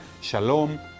Shalom